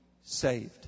saved